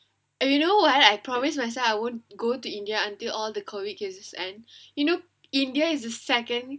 and you know I I promised myself I would go to india until all the COVID cases end and you know india is the second